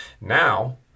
Now